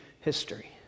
history